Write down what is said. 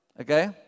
okay